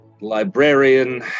Librarian